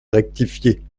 rectifié